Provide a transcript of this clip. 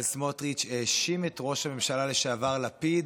סמוטריץ' האשים את ראש הממשלה לשעבר לפיד